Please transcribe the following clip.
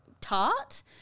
tart